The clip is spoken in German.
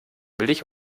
billig